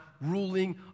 ruling